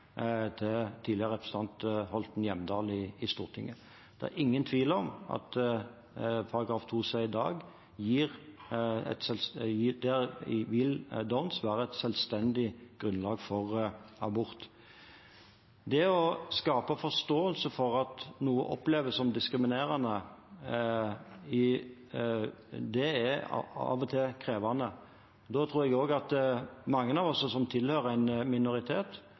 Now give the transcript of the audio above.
til tidligere representant Holten Hjemdal i Stortinget. Det er ingen tvil om at i § 2c i dag vil downs være et selvstendig grunnlag for abort. Det å skape forståelse for at noe oppleves som diskriminerende, er av og til krevende. Da tror jeg også at mange av oss som tilhører en minoritet,